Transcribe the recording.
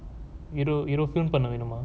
பண்ணவேணுமா:pannavenuma